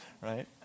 right